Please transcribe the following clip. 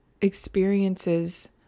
experiences